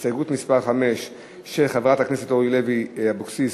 הסתייגות מס' 5 של חברת הכנסת אורלי לוי אבקסיס,